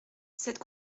cette